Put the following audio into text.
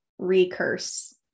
recurse